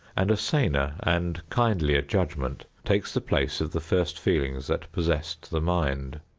and a saner and kindlier judgment takes the place of the first feelings that possessed the mind.